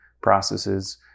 processes